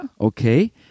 Okay